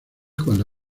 cuando